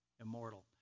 immortal